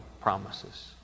promises